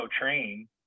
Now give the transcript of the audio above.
train